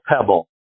pebble